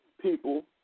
people